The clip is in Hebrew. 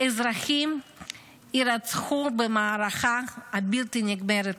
אזרחים יירצחו במערכה הבלתי-נגמרת הזאת?